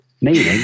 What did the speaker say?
Meaning